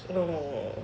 oh